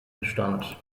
bestand